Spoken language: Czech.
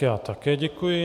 Já také děkuji.